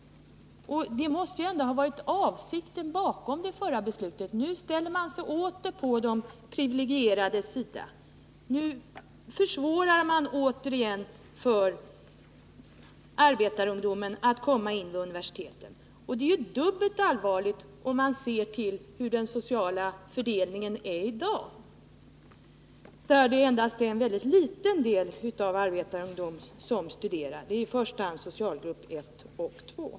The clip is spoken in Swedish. Det måste ju ändå ha varit avsikten bakom det förra beslutet — men nu ställer man sig åter på de privilegierades sida. Därmed försvårar man återigen för arbetarungdomar att komma in vid universiteten. Detta är dubbelt allvarligt, om man ser till hur den sociala fördelningen är i dag, där det endast är en liten del av arbetarungdomarna som studerar — det gör i första hand socialgrupperna 1 och 2.